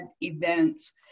events